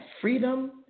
freedom